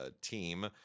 team